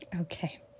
Okay